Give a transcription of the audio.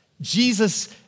Jesus